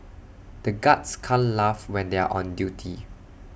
the guards can't laugh when they are on duty